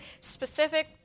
specific